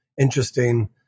interesting